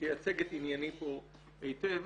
שתייצג את ענייני פה היטב,